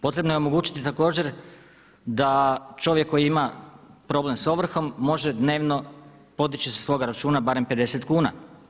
Potrebno je omogućiti također da čovjek koji ima problem s ovrhom može dnevno podići sa svoga računa barem 50 kuna.